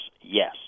Yes